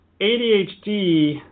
ADHD